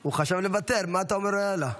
הוא חשב לוותר, מה אתה אומר לו "יאללה"?